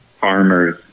farmers